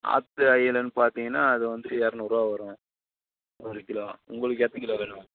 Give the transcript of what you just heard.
ஆற்று அயிரைன்னு பார்த்தீங்கன்னா அது வந்து இரநூறுவா வரும் ஒரு கிலோ உங்களுக்கு எத்தனி கிலோ வேணும்